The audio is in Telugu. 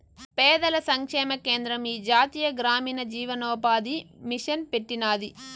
పేదల సంక్షేమ కేంద్రం ఈ జాతీయ గ్రామీణ జీవనోపాది మిసన్ పెట్టినాది